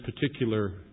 particular